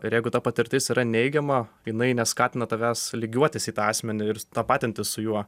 ir jeigu ta patirtis yra neigiama jinai neskatina tavęs lygiuotis į tą asmenį ir tapatintis su juo